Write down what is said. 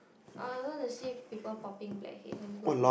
I wanna see people popping blackheads let me go and